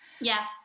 Yes